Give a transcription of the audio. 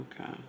okay